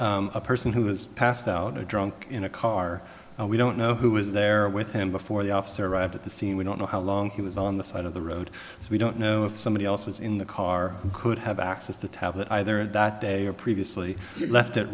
about a person who was passed out drunk in a car we don't know who was there with him before the officer arrived at the scene we don't know how long he was on the side of the road so we don't know if somebody else was in the car could have access to tablet either that day or previously left it